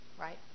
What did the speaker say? right